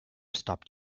stopped